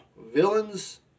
villains